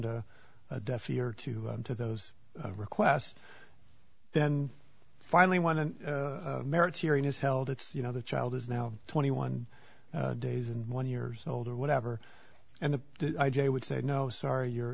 d a deaf ear to to those requests then finally one of merits hearing is held it's you know the child is now twenty one days and one years old or whatever and the j would say no sorry you're